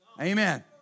Amen